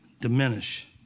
diminish